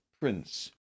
prince